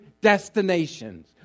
destinations